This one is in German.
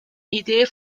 idee